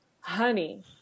honey